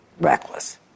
Reckless